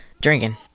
drinking